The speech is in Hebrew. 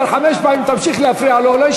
חוקים, כי הרבה זמן זה לא קרה.